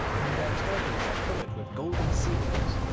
and their turbans are covered with golden sequins,